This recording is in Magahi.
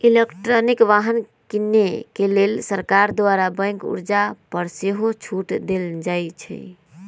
इलेक्ट्रिक वाहन किने के लेल सरकार द्वारा बैंक कर्जा पर सेहो छूट देल जाइ छइ